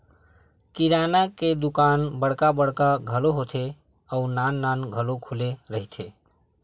किराना के दुकान बड़का बड़का घलो होथे अउ नान नान घलो खुले रहिथे